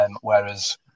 Whereas